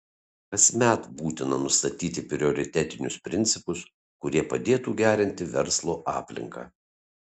kasmet būtina nustatyti prioritetinius principus kurie padėtų gerinti verslo aplinką